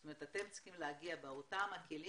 זאת אומרת אתם צריכים להגיע באותם הכלים